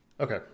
Okay